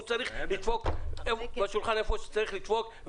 הוא צריך לדפוק על השולחן איפה שצריך לדפוק,